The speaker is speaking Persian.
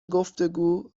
گفتگو